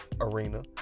arena